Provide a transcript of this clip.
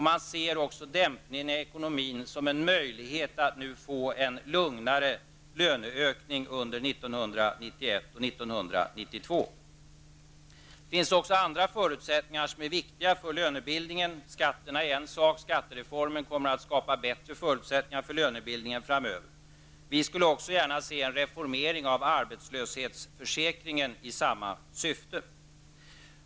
Man ser också dämpningen i ekonomin som en möjlighet att nu få en lugnare löneökning under 1991 och 1992. Det finns också andra förutsättningar som är viktiga för lönebildningen. Skattereformen kommer att skapa bättre förutsättningar för lönebildningen framöver. Vi skulle också gärna se en reformering av arbetslöshetsförsäkringen i samma syfte.